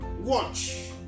watch